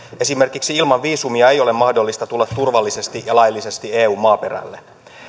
esimerkiksi ilman viisumia ei ole mahdollista tulla turvallisesti ja laillisesti eun maaperälle